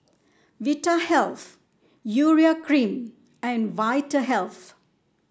Vitahealth Urea Cream and Vitahealth